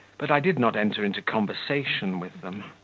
but i did not enter into conversation with them.